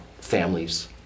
families